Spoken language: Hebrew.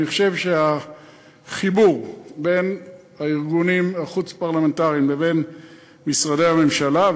אני חושב שהחיבור בין הארגונים החוץ-פרלמנטריים לבין משרדי הממשלה,